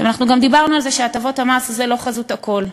גם דיברנו על זה שהטבות המס זה לא חזות הכול.